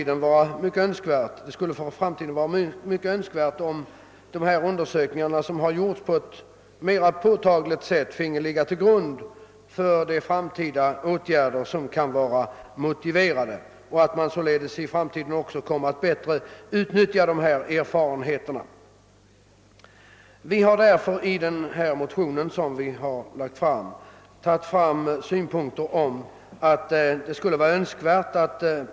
Det skulle vara mycket önskvärt om sådana undersökningar i framtiden på ett mer påtagligt sätt finge ligga till grund för de åtgärder som kan vara motiverade. Vi har därför i vår motion föreslagit att permanenta expertgrupper skall inrättas.